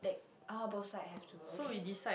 oh both side have to okay